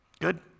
Good